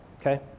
Okay